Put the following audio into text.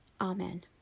Amen